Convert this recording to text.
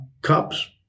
cups